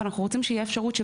אבל אנחנו רוצים שתהיה אפשרות,